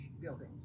building